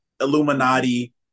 Illuminati